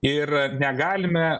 ir negalime